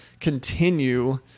continue